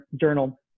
Journal